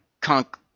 Conk